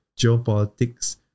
geopolitics